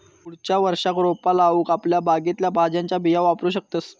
पुढच्या वर्षाक रोपा लाऊक आपल्या बागेतल्या भाज्यांच्या बिया वापरू शकतंस